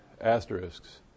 asterisks